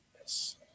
Yes